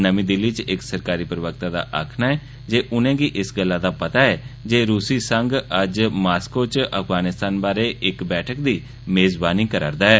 नमीं दिल्ली च इक सरकारी प्रवक्ता दा आक्खना ऐ जे उनेंगी इस गल्ला दा पता ऐ जे रूसी संघ अज्ज मास्को च अफगानिस्तान बारै इक बैठक दी मेजवानी करा'रदा ऐ